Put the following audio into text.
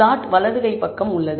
plot வலது கை பக்கம் உள்ளது